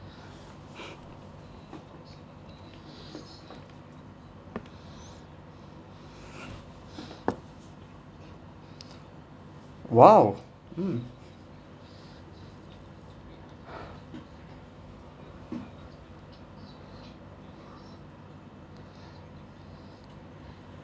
!wow! mm